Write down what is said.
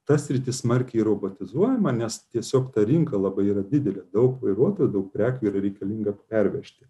ta sritis smarkiai robotizuojama nes tiesiog ta rinka labai yra didelė daug vairuotojų daug prekių ir reikalinga pervežti